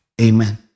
Amen